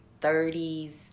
30s